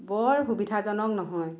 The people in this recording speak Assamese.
বৰ সুবিধাজনক নহয়